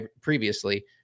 previously